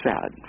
sad